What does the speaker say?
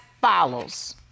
follows